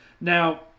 Now